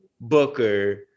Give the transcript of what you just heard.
Booker